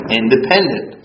independent